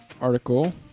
article